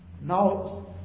Now